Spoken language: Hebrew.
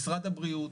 משרד הבריאות,